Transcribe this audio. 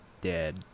dead